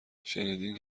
شنیدین